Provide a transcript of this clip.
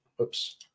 Oops